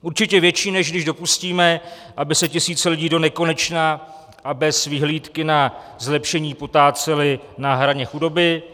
Určitě větší, než když dopustíme, aby se tisíce lidí donekonečna a bez vyhlídky na zlepšení potácely na hraně chudoby.